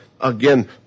again